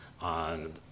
on